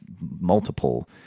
multiple